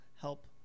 help